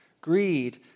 Greed